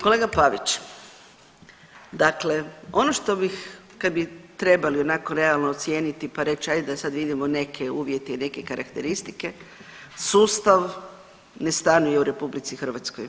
Kolega Pavić, dakle ono što bih, kad bi trebali onako realno ocijeniti, pa reć ajde da sad vidimo neke uvjete i neke karakteristike, sustav ne stanuje u RH.